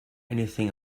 anything